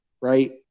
right